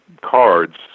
cards